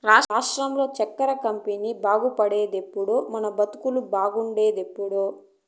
రాష్ట్రంలో చక్కెర కంపెనీ బాగుపడేదెప్పుడో మన బతుకులు బాగుండేదెప్పుడో